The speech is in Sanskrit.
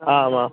आमाम्